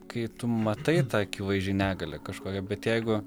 kai tu matai tą akivaizdžiai negalią kažkokią bet jeigu